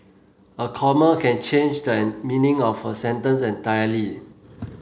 a comma can change the meaning of a sentence entirely